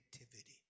activity